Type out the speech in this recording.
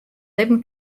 libben